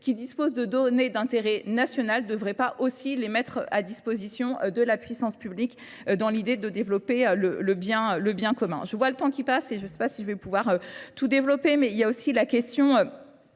qui disposent de données d'intérêt national devraient pas aussi les mettre à disposition de la puissance publique dans l'idée de développer le bien commun. Je vois le temps qui passe et je sais pas si je vais pouvoir tout développer mais il y a aussi la question